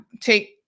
take